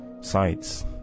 sites